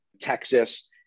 Texas